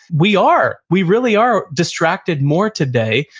we are. we really are distracted more today,